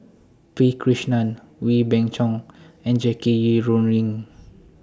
P Krishnan Wee Beng Chong and Jackie Yi Ru Ying